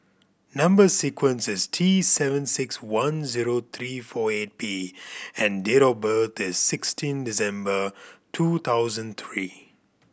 number sequence is T seven six one zero three four eight P and date of birth is sixteen December two thousand three